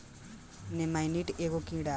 नेमानाइट एगो कीड़ा मारे खातिर रसायन होवे